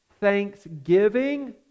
thanksgiving